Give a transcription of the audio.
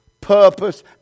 purpose